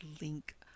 link